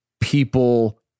people